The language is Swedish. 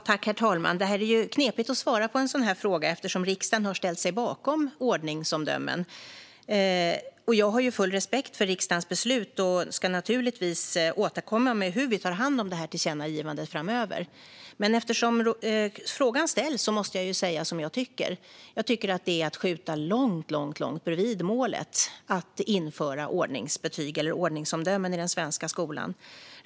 Herr talman! Det är knepigt att svara på en sådan här fråga eftersom riksdagen har ställt sig bakom ordningsomdömen. Jag har full respekt för riksdagens beslut och ska givetvis återkomma framöver med hur vi tar hand om detta tillkännagivande. Men eftersom frågan ställs måste jag säga som jag tycker. Jag tycker att det är att skjuta långt bredvid målet att införa ordningsomdömen i den svenska skolan.